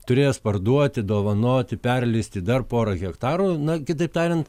turės parduoti dovanoti perleisti dar porą hektarų na kitaip tariant